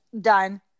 Done